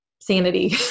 sanity